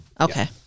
Okay